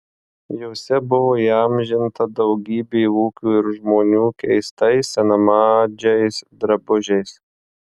jose buvo įamžinta daugybė ūkių ir žmonių keistais senamadžiais drabužiais